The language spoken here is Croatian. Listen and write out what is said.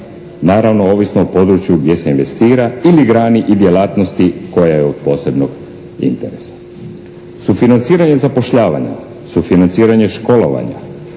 naravno ovisno o području gdje se investira ili grani i djelatnosti koja je od posebnog interesa. Sufinanciranje zapošljavanja, sufinanciranje školovanja,